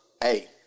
hey